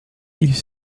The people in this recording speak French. ils